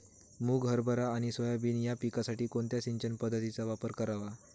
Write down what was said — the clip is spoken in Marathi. मुग, हरभरा आणि सोयाबीन या पिकासाठी कोणत्या सिंचन पद्धतीचा वापर करावा?